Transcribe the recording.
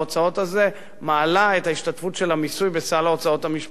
הזה מעלה את ההשתתפות של המיסוי בסל ההוצאות המשפחתי.